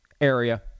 area